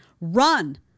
Run